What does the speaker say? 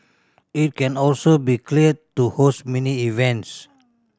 it can also be cleared to host mini events